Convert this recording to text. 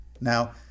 Now